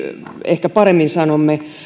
ehkä paremmin sanomme